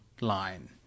line